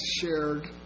shared